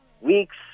weeks